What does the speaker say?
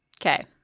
Okay